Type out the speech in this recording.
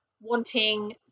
wanting